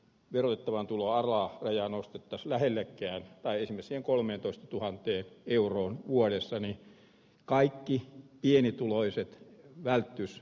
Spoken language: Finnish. vieroittavan tuloa kajanus taas lähellekkään päihtymisen kolmeentoistatuhanteen euroon vuodessa ne kaikki pienituloiset välähdys